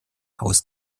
haus